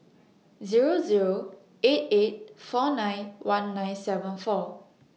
Zero Zero eight eight four nine one nine seven four